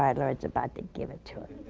um lord's about to give it to him.